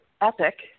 epic